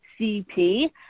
CP